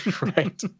Right